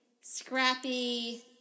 scrappy